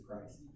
Christ